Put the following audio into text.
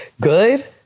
good